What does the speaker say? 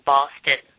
Boston